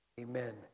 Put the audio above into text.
Amen